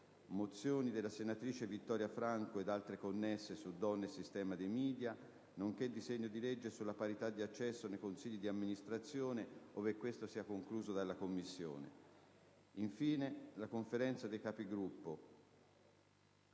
mozioni della senatrice Franco Vittoria ed altre connesse su donne e sistema dei *media*, nonché del disegno di legge sulla parità di accesso nei consigli di amministrazione, ove concluso dalla Commissione. Infine, la Conferenza dei Capigruppo